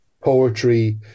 poetry